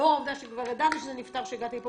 לאור העובדה שכבר ידענו שזה נפתר כשהגעתי לפה,